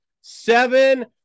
seven